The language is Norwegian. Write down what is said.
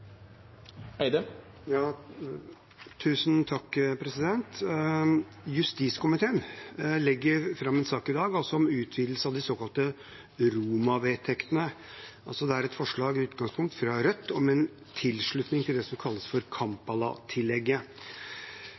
Justiskomiteen legger fram en sak i dag om utvidelse av de såkalte Roma-vedtektene. Saken har utgangspunkt i et forslag fra Rødt om tilslutning til det som kalles Kampala-tillegget, og jeg skal orientere litt om hva dette er. Først vil jeg si at saken er framlagt for